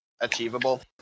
achievable